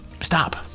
stop